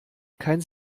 kein